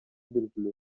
белгилүү